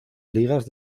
ligas